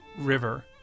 river